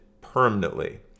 permanently